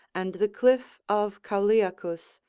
and the cliff of cauliacus,